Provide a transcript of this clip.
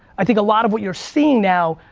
i think a lot of what you're seeing now,